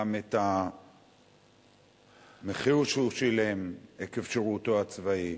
גם למחיר שהוא שילם עקב שירותו הצבאי,